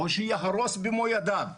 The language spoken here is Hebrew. או שיהרוס במו ידיו.